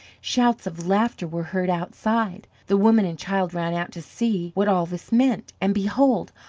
shouts of laughter were heard outside. the woman and child ran out to see what all this meant, and behold!